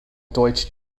deutsch